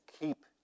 keep